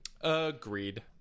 Agreed